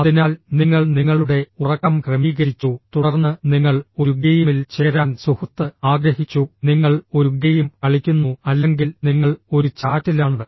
അതിനാൽ നിങ്ങൾ നിങ്ങളുടെ ഉറക്കം ക്രമീകരിച്ചു തുടർന്ന് നിങ്ങൾ ഒരു ഗെയിമിൽ ചേരാൻ സുഹൃത്ത് ആഗ്രഹിച്ചു നിങ്ങൾ ഒരു ഗെയിം കളിക്കുന്നു അല്ലെങ്കിൽ നിങ്ങൾ ഒരു ചാറ്റിലാണ്